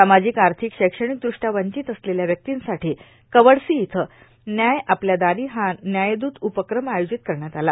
सामाजिक आर्थिक शैक्ष्मणकदृष्टया वींचत असलेल्या व्यक्तींसाठां कवडसी इथं न्याय आपल्या दारी हा न्यायदूत उपक्रम आयोजित करण्यात आला